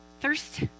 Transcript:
thirst